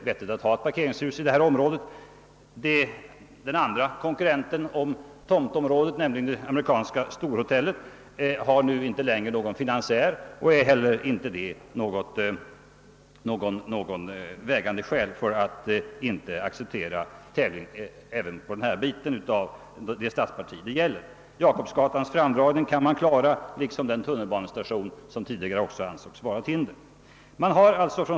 Den andra konkurrenten till tomtområdet, det amerikanska storhotellet, har nu inte längre någon finansiär och utgör därför inte heller något vägande skäl till att man inte skall acceptera förslaget om en tävling även på denna bit av det stadsparti det gäller. Jakobsgatans framdragning kan man klara liksom den tunnelbanestation som tidigare ansågs utgöra ett hinder.